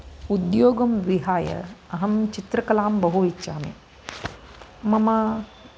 उद्योगं विहाय अहं चित्रकालाम् बहु इच्छामि मम